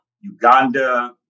Uganda